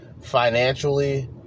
financially